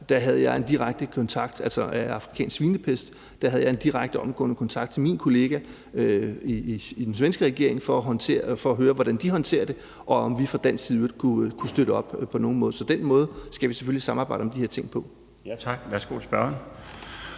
oplevede det her seneste udbrud af afrikansk svinepest, der var i Sverige, en direkte og omgående kontakt til min kollega i den svenske regering – for at høre, hvordan de håndterer det, og om vi fra dansk side i øvrigt på nogen måde kunne støtte op om det. Så den måde skal vi selvfølgelig samarbejde om de her ting på. Kl. 20:46 Den